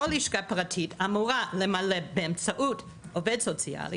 כל לשכה פרטית אמורה למלא באמצעות עובד סוציאלי